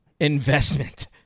investment